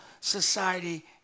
society